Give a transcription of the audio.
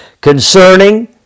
concerning